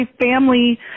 family